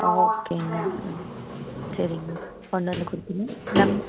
ஓகேங்க சரிங்க கொண்டு வந்து கொடுத்துறேங்க